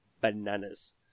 bananas